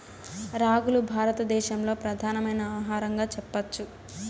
రాగులు భారత దేశంలో ప్రధానమైన ఆహారంగా చెప్పచ్చు